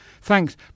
thanks